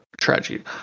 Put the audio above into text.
tragedy